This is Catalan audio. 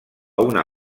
una